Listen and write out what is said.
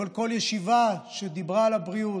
אבל כל ישיבה שדיברה על הבריאות,